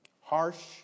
harsh